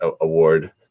award